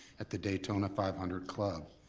at the daytona five hundred club.